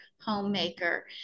homemaker